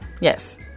Yes